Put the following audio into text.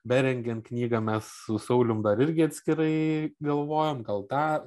berengiant knygą mes su saulium dar irgi atskirai galvojom gal tą